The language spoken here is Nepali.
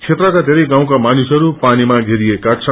क्षेत्रका धेरै गाउँका मानिसहरू पानीमा धेरिएका छन्